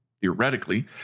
Theoretically